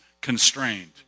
constrained